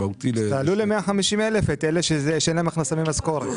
אז תעלו ל-150,000 את אלה שאין להם הכנסה ממשכורת.